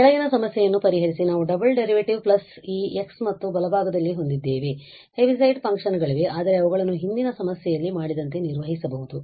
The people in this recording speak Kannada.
− ಕೆಳಗಿನ ಸಮಸ್ಯೆಯನ್ನು ಪರಿಹರಿಸಿ ನಾವು ಡಬಲ್ ಡೆರಿವೇಟಿವ್ ಪ್ಲಸ್ ಈ x ಮತ್ತು ಬಲಭಾಗದಲ್ಲಿ ಹೊಂದಿದ್ದೇವೆಹೆವಿಸೈಡ್ ಫಂಕ್ಷನ್ ಗಳಿವೆ ಆದರೆ ಅವುಗಳನ್ನು ಹಿಂದಿನ ಸಮಸ್ಯೆಯಲ್ಲಿ ಮಾಡಿದಂತೆ ನಿರ್ವಹಿಸಬಹುದು